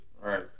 Right